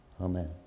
Amen